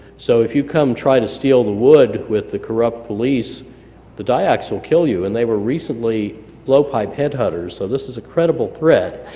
so if you come try to steal the wood with the corrupt police the dayaks will kill you, and they were recently blowpipe headhunters, so this is a credible threat,